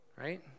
right